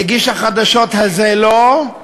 מגיש החדשות הזה, לא,